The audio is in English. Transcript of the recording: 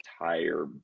entire